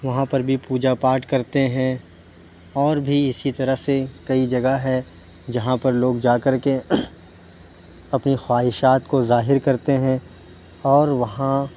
وہاں پر بھی پوجا پاٹ کرتے ہیں اور بھی اِسی طرح سے کئی جگہ ہے جہاں پر لوگ جا کر کے اپنی خواہشات کو ظاہر کرتے ہیں اور وہاں